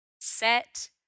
set